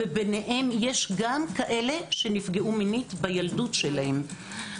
ביניהם יש גם כאלה שנפגעו מינית בילדות שלהם.